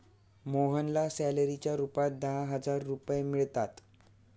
मोहनला सॅलरीच्या रूपात दहा हजार रुपये मिळतात